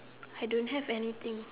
I don't have anything